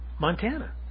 Montana